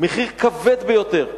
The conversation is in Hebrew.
מחיר כבד ביותר.